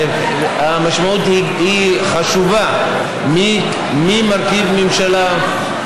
המשמעות של מי מרכיב ממשלה היא חשובה,